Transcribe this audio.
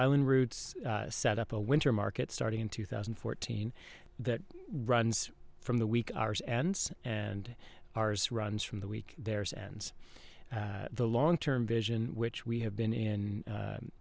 island routes set up a winter market starting in two thousand and fourteen that runs from the week ours ends and ours runs from the week there's and the long term vision which we have been in